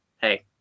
Hey